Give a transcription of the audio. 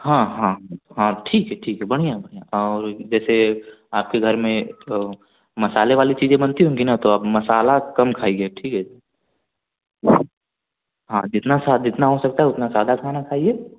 हाँ हाँ हाँ ठीक है ठीक है बढ़िया बढ़िया जैसे आपके घर मे मसाले वाले चीज़ें बनती होंगी ना तो आप मसाला कम खाइए ठीक है हाँ जितना साद जितना हो सकता है उतना सादा खाना खाइए